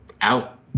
out